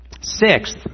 Sixth